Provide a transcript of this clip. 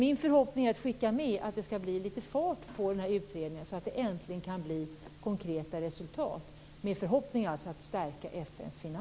Min förhoppning är, och det vill jag skicka med, att det skall bli litet fart på utredningen så att det äntligen kan bli konkreta resultat. Min förhoppning är att man skall stärka FN:s finanser.